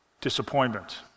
disappointment